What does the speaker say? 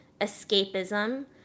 escapism